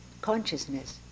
consciousness